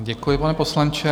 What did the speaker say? Děkuji, pane poslanče.